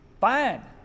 Fine